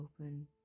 open